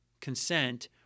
consent